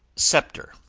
scepter,